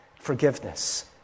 forgiveness